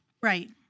Right